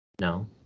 No